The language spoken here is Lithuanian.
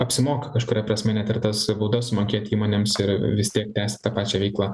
apsimoka kažkuria prasme net ir tas baudas mokėt įmonėms ir vis tiek tęsti ta pačia veiklą